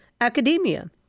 academia